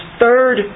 third